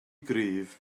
gryf